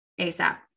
ASAP